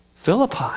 Philippi